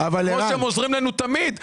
כמו שהם עוזרים לנו תמיד,